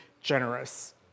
generous